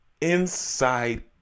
inside